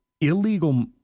illegal